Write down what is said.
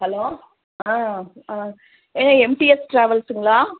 hello ஆ ஆ ஏங்க எம்டிஎஸ் ட்ராவல்ஸுங்களா